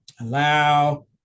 allow